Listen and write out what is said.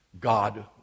God